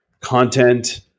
content